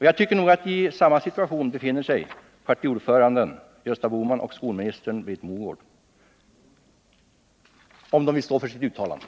Jag tycker nog att också partiordföranden Gösta Bohman och skolministern Britt Mogård befinner sig i samma situation, om de står för sina uttalanden.